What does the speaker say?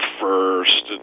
First